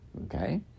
okay